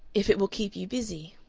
if it will keep you busy,